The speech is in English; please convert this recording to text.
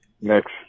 next